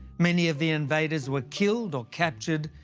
many of the invaders were killed or captured,